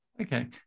Okay